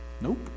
Nope